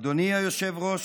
אדוני היושב-ראש,